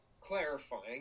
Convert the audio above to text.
Clarifying